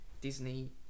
Disney